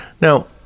Now